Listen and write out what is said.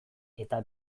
eta